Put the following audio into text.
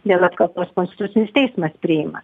dėl apkaltos konstitucinis teismas priima